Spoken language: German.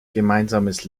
gemeinsames